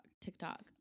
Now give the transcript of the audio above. TikTok